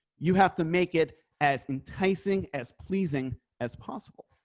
you have to make it as enticing as pleasing as possible.